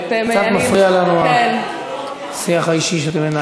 קצת מפריע לנו השיח האישי שאתם מנהלים.